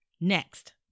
Next